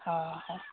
ହ ହ